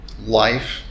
life